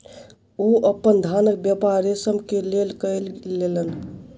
ओ अपन धानक व्यापार रेशम के लेल कय लेलैन